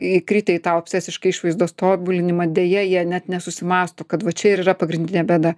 įkritę į tą obsesiškai išvaizdos tobulinimą deja jie net nesusimąsto kad va čia ir yra pagrindinė bėda